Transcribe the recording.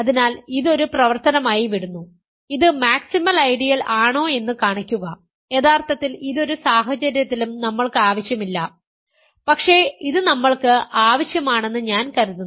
അതിനാൽ ഇത് ഒരു പ്രവർത്തനമായി വിടുന്നു ഇത് മാക്സിമൽ ഐഡിയൽ ആണോ എന്ന് കാണിക്കുക യഥാർത്ഥത്തിൽ ഇത് ഒരു സാഹചര്യത്തിലും നമ്മൾക്ക് ആവശ്യമില്ല പക്ഷേ ഇത് നമ്മൾക്ക് ആവശ്യമാണെന്ന് ഞാൻ കരുതുന്നു